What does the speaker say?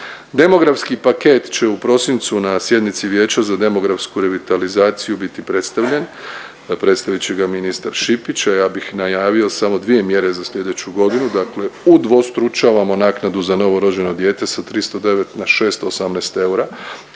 Demografski paket će u prosincu na sjednici Vijeća za demografsku revitalizaciju biti predstavljen, a predstavit će ga ministar Šipić, a ja bih najavio samo dvije mjere za slijedeću godinu, dakle udvostručavamo naknadu za novorođeno dijete sa 309 na 618 eura,